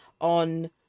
on